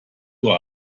uhr